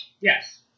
Yes